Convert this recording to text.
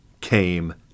came